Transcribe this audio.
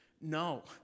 No